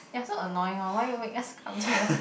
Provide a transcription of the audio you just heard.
ya so annoying orh why make us come here